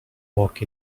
walk